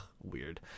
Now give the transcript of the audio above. weird